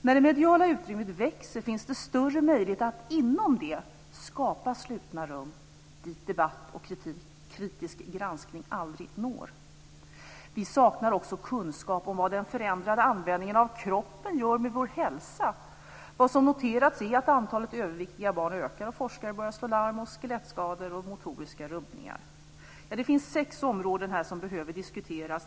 När det mediala utrymmet växer finns det större möjlighet att inom det skapa slutna rum, dit debatt och kritisk granskning aldrig når. Vi saknar också kunskap om vad den förändrade användningen av kroppen gör med vår hälsa. Det som noterats är att antalet överviktiga barn ökar. Forskare börjar slå larm om skelettskador och motoriska rubbningar. Det finns sex områden som behöver diskuteras.